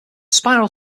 spiral